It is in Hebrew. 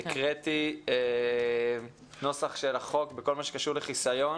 הקראתי נוסח של החוק בכל מה שקשור לחסיון